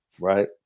right